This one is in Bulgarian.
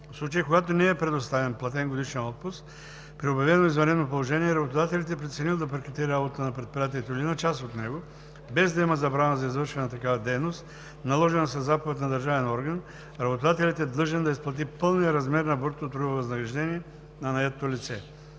В случая когато не е предоставен платен годишен отпуск при обявено извънредно положение и работодателят е преценил да прекрати работата на предприятието или на част от него, без да има забрана за извършване на такава дейност, наложена със заповед на държавен орган, работодателят е длъжен да изплати пълният размер на брутното трудово възнаграждение на наетото лице.